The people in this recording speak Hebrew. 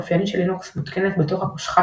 אופייני שלינוקס מותקנת בתוך הקושחה